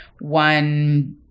one